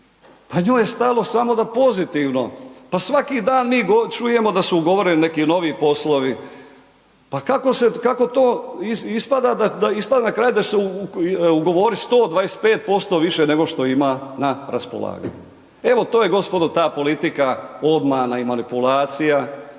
Pa njoj je stalo samo da pozitivno, pa svaki dan mi čujemo da se ugovoreni neki novi poslovi, pa kako to ispada na kraju da se ugovori 125% više nego što ima na raspolaganju. Evo, to je gospodo ta politika obmana i manipulacija.